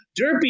Derpy